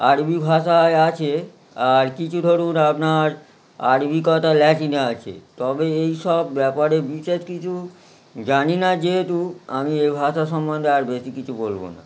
আরবি ভাষায় আছে আর কিছু ধরুন আপনার আরবি কথা ল্যাটিনে আছে তবে এই সব ব্যাপারে বিশেষ কিছু জানি না যেহেতু আমি এ ভাষা সম্বন্ধে আর বেশি কিছু বলবো না